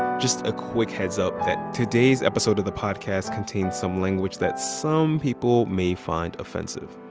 just a quick heads up that today's episode of the podcast contains some language that some people may find offensive.